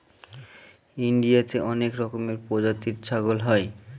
ইন্ডিয়াতে অনেক রকমের প্রজাতির ছাগল হয়